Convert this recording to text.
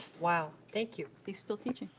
wow. thank you. he's still teaching.